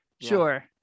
sure